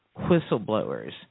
whistleblowers